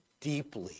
deeply